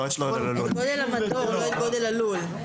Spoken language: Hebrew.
לא את גודל הלול.